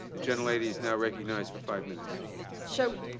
general lady is now recognized for five minutes so